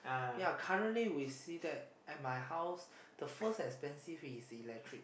ya currently we see that at my house the first expensive is electricity